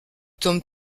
tome